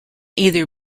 either